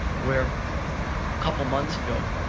where couple months ago,